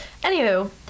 Anywho